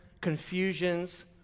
confusions